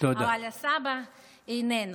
אבל סבא איננו.